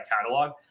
catalog